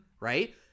Right